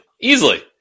easily